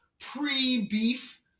pre-beef